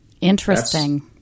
interesting